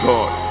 God